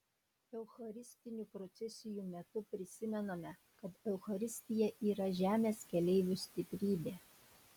eucharistinių procesijų metu prisimename kad eucharistija yra žemės keleivių stiprybė